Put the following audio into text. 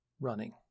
Running